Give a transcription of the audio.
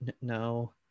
No